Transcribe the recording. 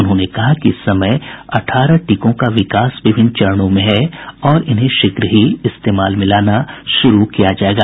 उन्होंने कहा कि इस समय अठारह टीकों का विकास विभिन्न चरणों में है और इन्हें शीघ्र ही इस्तेमाल में लाना शुरू किया जाएगा